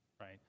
right